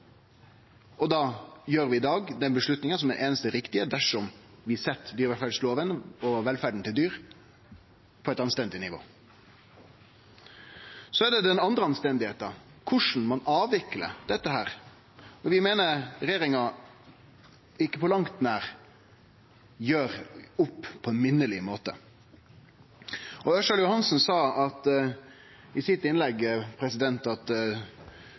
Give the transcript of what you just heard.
og da tar vi i dag den avgjerda som er den einaste riktige dersom vi set dyrevelferdsloven og velferda til dyr på eit anstendig nivå. Så er det den andre anstendigheita: korleis ein avviklar dette. Vi meiner regjeringa ikkje på langt nær gjer opp på ein minneleg måte. Representanten Ørsal Johansen sa i innlegget sitt at